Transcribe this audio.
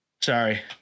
Sorry